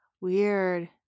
Weird